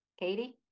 Katie